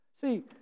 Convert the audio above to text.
See